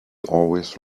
always